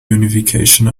unification